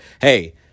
hey